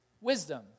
wisdom